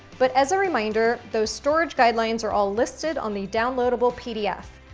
but, as a reminder, those storage guidelines are all listed on the downloadable pdf.